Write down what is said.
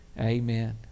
amen